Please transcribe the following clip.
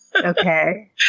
Okay